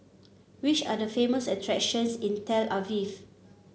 which are the famous attractions in Tel Aviv